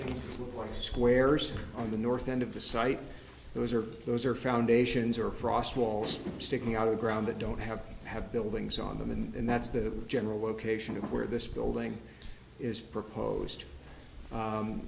the squares on the north end of the site those are those are foundations or frost walls sticking out of the ground that don't have have buildings on them and that's the general location of where this building is proposed